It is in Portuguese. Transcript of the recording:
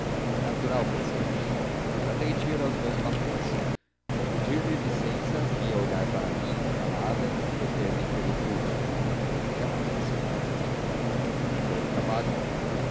e natural pensei comigo e tratei de ir aos meus papéis ao pedir-lhe licença vi-a olhar para mim calada e reter me pelo pulso lá disse finalmente vou ao trabalho